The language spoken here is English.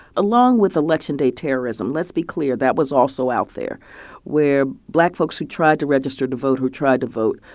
along with election day terrorism let's be clear, that was also out there where black folks who tried to register to vote, who tried to vote,